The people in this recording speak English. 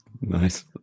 Nice